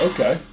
Okay